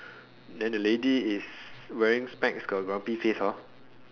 then the lady is wearing specs got grumpy face hor